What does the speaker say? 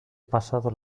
pasado